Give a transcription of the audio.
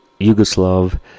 Yugoslav